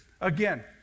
again